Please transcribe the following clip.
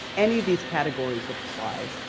any of these categories apply,